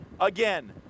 again